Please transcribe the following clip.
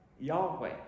Yahweh